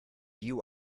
you